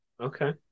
Okay